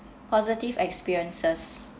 positive experiences